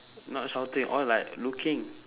not shouting all like looking